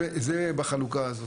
זה בחלוקה הזאת.